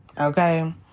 Okay